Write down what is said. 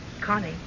Connie